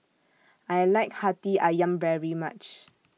I like Hati Ayam very much